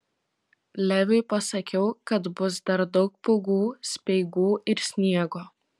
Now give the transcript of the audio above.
leviui pasakiau kad bus dar daug pūgų speigų ir sniego